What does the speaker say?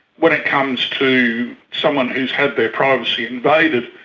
when it comes to someone who's had their privacy invaded,